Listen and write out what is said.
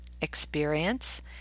experience